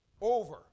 Over